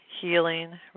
healing